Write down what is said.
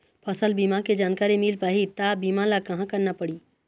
फसल बीमा के जानकारी मिल पाही ता बीमा ला कहां करना पढ़ी?